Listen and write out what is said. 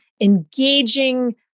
engaging